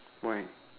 why